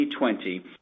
2020